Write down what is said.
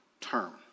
term